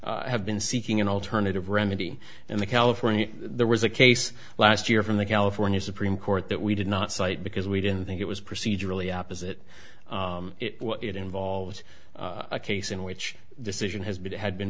to have been seeking an alternative remedy in the california there was a case last year from the california supreme court that we did not cite because we didn't think it was procedurally opposite it what it involves a case in which decision has been it had been